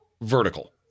vertical